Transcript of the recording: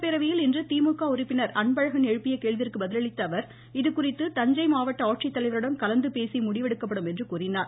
சட்டப்பேரவையில் இன்று திமுக உறுப்பினர் அன்பழகன் எழுப்பிய கேள்விக்கு பதிலளித்த அவர் இதுகுறித்து தஞ்சை மாவட்ட ஆட்சித்தலைவரிடம் கலந்து பேசி முடிவெடுக்கப்படும் என்றார்